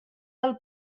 del